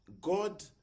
God